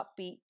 upbeat